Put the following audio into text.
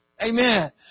Amen